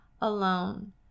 alone